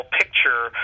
picture